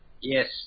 Yes